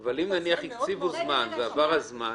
אם נניח הקציבו זמן ועבר הזמן?